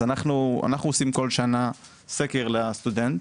אז אנחנו עושים כל שנה סקר לסטודנט